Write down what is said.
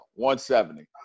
170